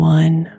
one